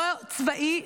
לא צבאי,